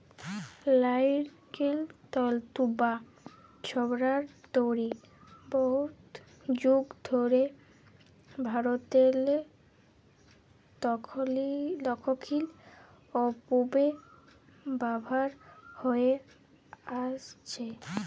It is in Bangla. লাইড়কেল তল্তু বা ছবড়ার দড়ি বহুত যুগ ধইরে ভারতেরলে দখ্খিল অ পূবে ব্যাভার হঁয়ে আইসছে